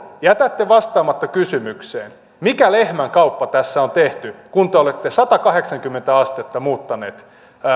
jätätte vastaamatta kysymykseen mikä lehmänkauppa tässä on tehty kun te olette satakahdeksankymmentä astetta muuttaneet